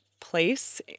place